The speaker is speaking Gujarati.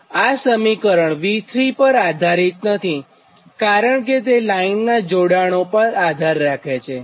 અને આ સમીકરણ V3 પર આધારિત નથીકારણ કે તે લાઇનનાં જોડાણો પર આધાર રાખે છે